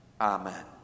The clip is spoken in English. Amen